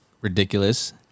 ridiculous